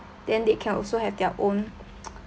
then they can also have their own